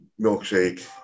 milkshake